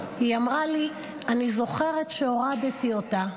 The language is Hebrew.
היא אמרה לי, אני זוכרת שהורדתי אותה,